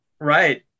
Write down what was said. Right